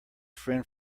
friend